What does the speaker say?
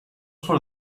for